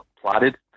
plotted